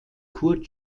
kurt